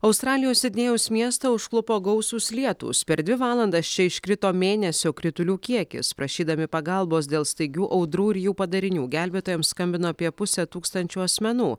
australijos sidnėjaus miestą užklupo gausūs lietūs per dvi valandas čia iškrito mėnesio kritulių kiekis prašydami pagalbos dėl staigių audrų ir jų padarinių gelbėtojams skambino apie pusę tūkstančio asmenų